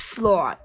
Floor